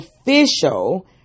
official